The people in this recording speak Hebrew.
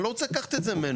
אני לא רוצה לקחת את זה ממנו.